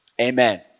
Amen